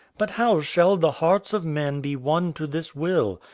but how shall the hearts of men be won to this will?